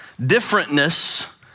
Differentness